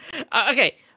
Okay